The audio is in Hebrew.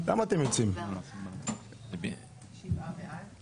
שבעה בעד.